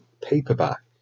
paperback